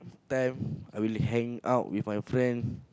time I will hang out with my friend